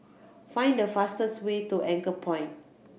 find the fastest way to Anchorpoint